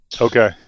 Okay